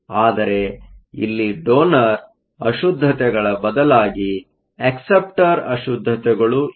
ಆದರೆ ಇಲ್ಲಿ ಎಲ್ಲಾ ಡೋನರ್ ಅಶುದ್ದತೆಗಳ ಬದಲಾಗಿ ಅಕ್ಸೆಪ್ಟರ್ ಅಶುದ್ದತೆಗಳು ಇವೆ